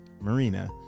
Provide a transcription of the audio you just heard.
Marina